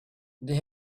they